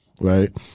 Right